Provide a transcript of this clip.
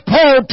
Paul